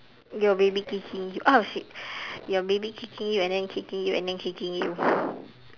your baby kicking you oh shit your baby kicking you and then kicking you and then kicking you